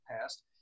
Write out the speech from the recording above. past